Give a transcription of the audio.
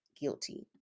guilty